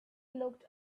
looked